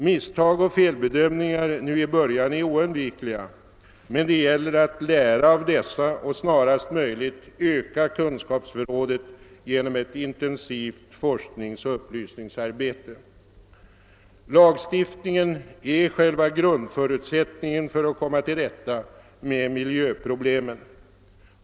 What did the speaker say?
Misstag och felbedömningar nu i början är oundvikliga, men det gäller att lära av dessa och snarast möjligt öka kunskapsförrådet genom ett intensivt forskningsoch upplysningsarbete. Lagstiftningen är själva grundförutsättningen för att kom ma till rätta med miljöproblemen.